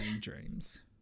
dreams